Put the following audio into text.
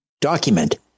document